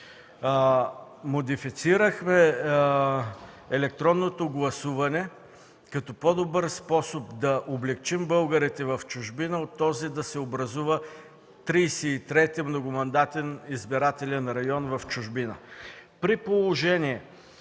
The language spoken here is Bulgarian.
Модифицирахме електронното гласуване като по-добър способ да облекчим българите в чужбина от този да се образува 33. многомандатен избирателен район в чужбина. При положение